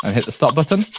um hit the stop button.